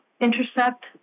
intercept